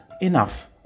enough